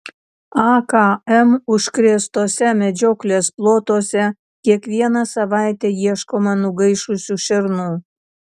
akm užkrėstuose medžioklės plotuose kiekvieną savaitę ieškoma nugaišusių šernų